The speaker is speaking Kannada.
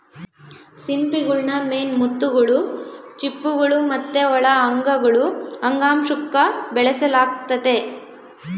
ಸಿಂಪಿಗುಳ್ನ ಮೇನ್ ಮುತ್ತುಗುಳು, ಚಿಪ್ಪುಗುಳು ಮತ್ತೆ ಒಳ ಅಂಗಗುಳು ಅಂಗಾಂಶುಕ್ಕ ಬೆಳೆಸಲಾಗ್ತತೆ